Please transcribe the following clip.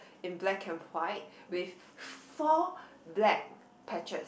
in black and white with four black patches